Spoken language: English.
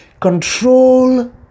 Control